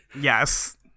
Yes